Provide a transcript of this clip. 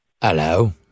Hello